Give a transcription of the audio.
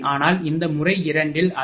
ஆனால் இந்த முறை 2 இல் அது உண்மையில் 61